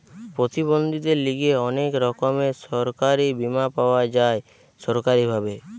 প্রতিবন্ধীদের লিগে অনেক রকমের সরকারি বীমা পাওয়া যায় সরকারি ভাবে